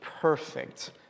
perfect